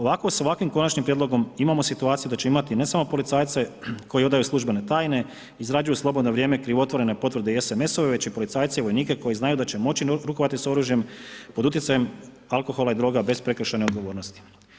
Ovako sa ovakvim Konačnim prijedlogom imamo situaciju da ćemo imati ne samo policajce koji odaju službene tajne, izrađuju u slobodno vrijeme krivotvorene potvrde i SMS-ove, već i policajce i vojnike koji znaju da će moći rukovati s oružjem pod utjecajem alkohola i droga bez prekršajne odgovornosti.